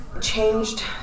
changed